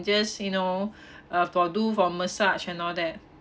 just you know uh for do for massage and all that